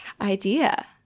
idea